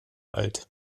alt